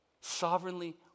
sovereignly